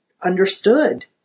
understood